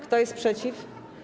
Kto jest przeciw?